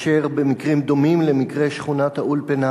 כאשר במקרים דומים למקרה שכונת-האולפנה